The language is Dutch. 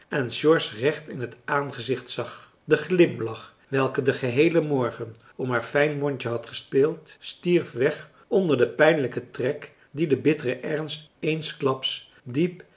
george recht in het aangezicht zag de glimlach welke den geheelen morgen om haar fijn mondje had gespeeld stierf weg onder den pijnlijken trek dien de bittere ernst eensklaps diep